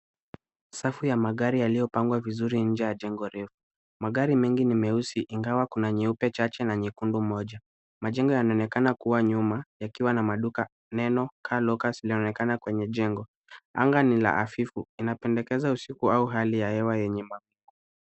Safu ya magari yaliyopangwa vizuri nje ya jengo refu. Magari mengi ni nyeusi ingawa kuna nyeupe chache na nyekundu moja. Majengo yanaonekana kuwa nyuma yakiwa na maduka neno car lockers yanaonekana kwenye jengo. Anga ni la hafifu inapendekeza usiku au hali ya hewa yenye....